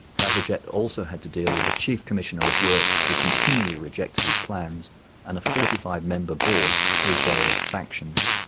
bazalgette also had to deal with a chief commissioner of works who continually rejected his plans and a forty five member board with various factions.